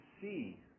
see